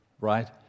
right